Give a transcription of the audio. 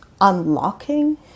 unlocking